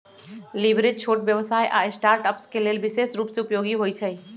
leverage छोट व्यवसाय आऽ स्टार्टअप्स के लेल विशेष रूप से उपयोगी होइ छइ